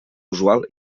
usual